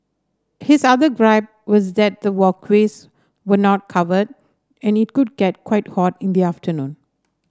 his other gripe was that the walkways were not covered and it could get quite hot in the afternoon